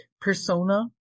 persona